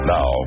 Now